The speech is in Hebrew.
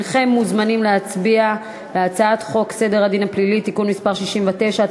הנכם מוזמנים להצביע על הצעת חוק סדר הדין הפלילי (תיקון מס' 69),